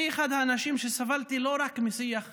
אני אחד האנשים שסבלו לא רק משיח מסית,